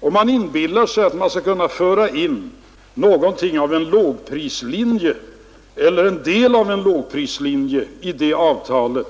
Om man inbillar sig att man skall kunna föra in en lågprislinje — eller en del av en lågprislinje — i jordbruksavtalet,